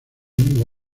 mundo